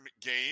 game